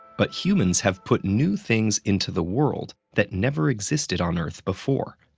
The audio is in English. but humans have put new things into the world that never existed on earth before,